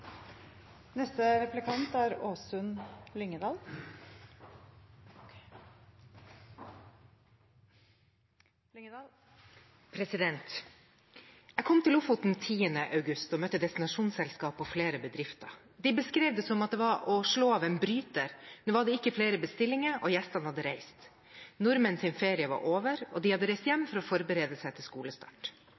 Jeg kom til Lofoten 10. august og møtte destinasjonsselskap og flere bedrifter. De beskrev at det var som å slå av en bryter. Det var ikke flere bestillinger, og gjestene hadde reist. Nordmenns ferie var over, og de hadde reist hjem for å forberede seg til skolestart.